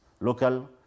local